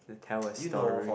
tell a story